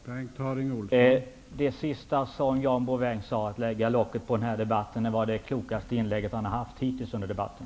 Herr talman! Det sista som John Bouvin sade om att lägga locket på den här debatten, är det klokaste inlägg som han hittills har haft under debatten.